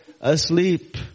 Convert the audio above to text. asleep